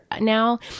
now